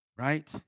right